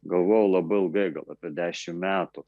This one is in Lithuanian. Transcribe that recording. galvoju labai ilgai gal apie dešimt metų